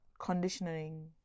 conditioning